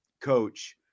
coach